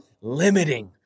limiting